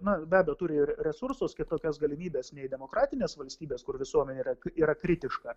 na be abejo turi ir resursus kitokias galimybes nei demokratinės valstybės kur visuomenė yra yra kritiška